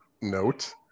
note